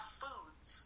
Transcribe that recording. foods